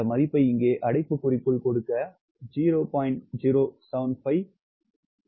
இந்த மதிப்பை இங்கே அடைப்புக்குறிக்குள் கொடுக்க 0